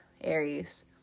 Aries